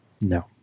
No